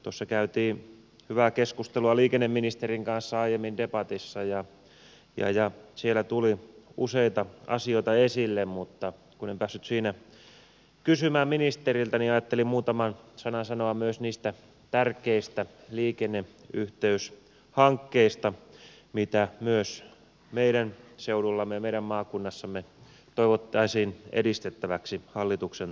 tuossa käytiin hyvää keskustelua liikenneministerin kanssa aiemmin debatissa ja siellä tuli useita asioita esille mutta kun en päässyt siinä kysymään ministeriltä niin ajattelin muutaman sanan sanoa myös niistä tärkeistä liikenneyhteyshankkeista mitä myös meidän seudullamme ja meidän maakunnassamme toivottaisiin edistettäväksi hallituksen toimesta